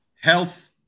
health